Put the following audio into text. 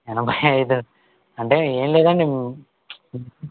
ఎనభై ఐదు అంటే ఏం లేదండి